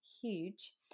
huge